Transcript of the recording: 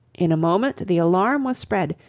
in a moment the alarm was spread,